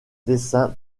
dessin